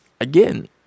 again